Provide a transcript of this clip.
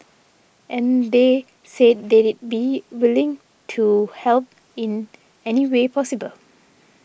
and they've said they'd be willing to help in any way possible